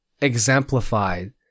exemplified